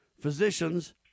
Physicians